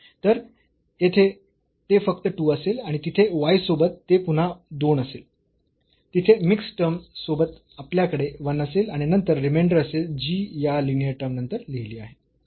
तर येथ ते फक्त 2 असेल आणि तिथे y सोबत ते पुन्हा दोन असेल तिथे मिक्स टर्म सोबत आपल्याकडे 1 असेल आणि नंतर रिमेंडर असेल जी या लिनीअर टर्म नंतर लिहली आहे